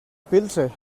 pilze